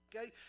okay